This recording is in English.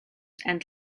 and